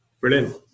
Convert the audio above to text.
Brilliant